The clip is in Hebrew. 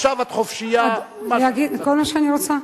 עכשיו את חופשייה, להגיד כל מה שאני רוצה?